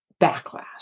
backlash